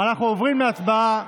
אנחנו עוברים להצבעה.